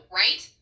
right